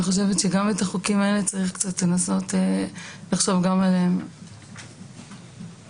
אני חושבת שצריך גם קצת לנסות לחשוב על החוקים האלה,